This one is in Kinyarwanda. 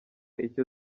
icyo